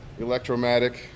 Electromatic